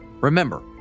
Remember